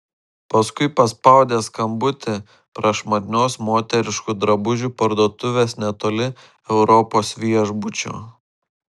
paskui paspaudė skambutį prašmatnios moteriškų drabužių parduotuvės netoli europos viešbučio